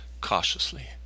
cautiously